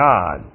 God